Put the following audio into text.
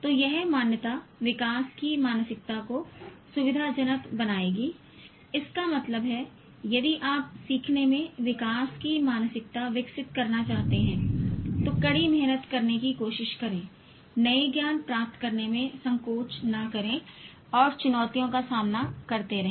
तो यह मान्यता विकास की मानसिकता को सुविधाजनक बनाएगी इसका मतलब है यदि आप सीखने में विकास की मानसिकता विकसित करना चाहते हैं तो कड़ी मेहनत करने की कोशिश करें नए ज्ञान प्राप्त करने में संकोच न करें और चुनौतियों का सामना करते रहें